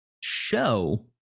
show